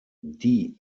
die